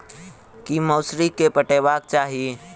की मौसरी केँ पटेबाक चाहि?